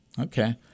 Okay